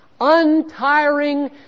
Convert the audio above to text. untiring